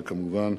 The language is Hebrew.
וכמובן